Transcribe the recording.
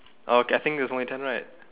okay I think there's only ten right